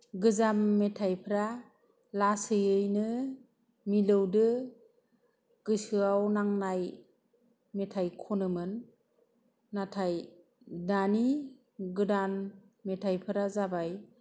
गोजाम मेथायफ्रा लासैयैनो मिलौदो गोसोआव नांनाय मेथाय खनोमोन नाथाय दानि गोदान मेथायफोरा जाबाय